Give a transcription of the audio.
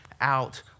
out